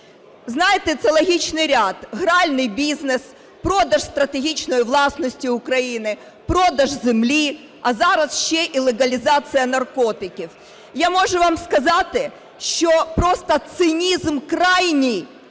Знаєте, це логічний ряд. Гральний бізнес, продаж стратегічної власності України, продаж землі, а зараз ще і легалізація наркотиків. Я можу вам сказати, що просто цинізм крайній